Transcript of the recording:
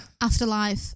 Afterlife